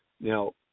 Now